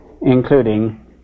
including